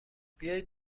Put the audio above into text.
بیایید